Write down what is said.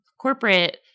corporate –